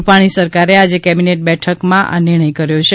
રૂપાણી સરકારે આજે કેબિનેટ બેઠક માં આ નિર્ણય કર્યો છે